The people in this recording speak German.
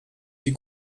die